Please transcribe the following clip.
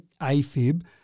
AFib